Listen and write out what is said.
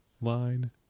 Line